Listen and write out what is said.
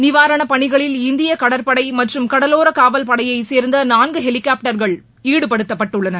நிவாரணப் பணிகளில் இந்திய கடற்படை மற்றும் கடலோர காவல் படையைச் சேர்ந்த நான்கு ஹெலிகாப்டர்கள் ஈடுபடுத்தப்பட்டுள்ளன